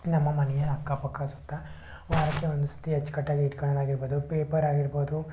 ನಮ್ಮ ಮನೆಯ ಅಕ್ಕ ಪಕ್ಕ ಸುತ್ತ ವಾರಕ್ಕೆ ಒಂದು ಸರ್ತಿ ಅಚ್ಚುಕಟ್ಟಾಗಿ ಇಟ್ಕೊಳ್ಳೋದು ಆಗಿರ್ಬೋದು ಪೇಪರ್ ಆಗಿರ್ಬೋದು